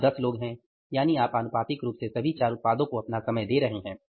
आप 10 लोग हैं यानि आप आनुपातिक रूप से सभी चार उत्पादों को अपना समय दे रहे हैं